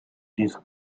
these